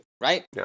right